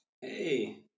hey